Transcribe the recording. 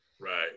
right